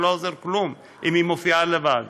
זה לא עוזר כלום אם היא מופיעה לבד.